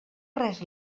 res